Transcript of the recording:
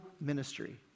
ministry